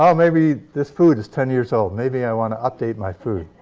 um maybe this food is ten years old. maybe i want to update my food.